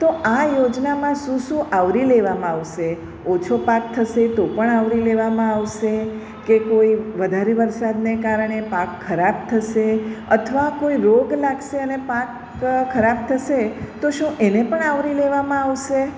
તો આ યોજનામાં શું શું આવરી લેવામાં આવશે ઓછો પાક થશે તો પણ આવરી લેવામાં આવશે કે કોઈ વધારે વરસાદને કારણે પાક ખરાબ થશે અથવા કોઈ રોગ લાગશે અને પાક ખરાબ થશે તો શું એને પણ આવરી લેવામાં આવશે